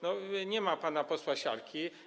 Nie ma pana posła Siarki.